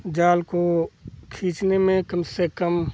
जाल को खींचने में कम से कम